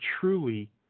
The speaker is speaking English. truly